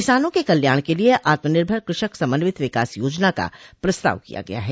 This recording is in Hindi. किसानों के कल्याण के लिए आत्मनिर्भर कृषक समन्वित विकास योजना का प्रस्ताव किया गया है